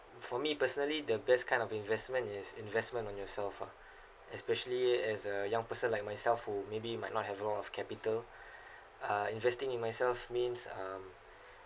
for me personally the best kind of investment is investment on yourself ah especially as a young person like myself who maybe might not have a lot of capital uh investing in myself means um